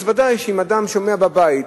אז ודאי שאם אדם שומע בבית: